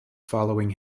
following